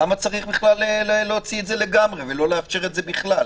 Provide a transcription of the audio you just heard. למה צריך להוציא את זה לגמרי ולא לאפשר את זה בכלל?